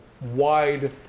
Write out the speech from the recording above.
wide